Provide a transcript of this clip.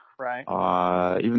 Right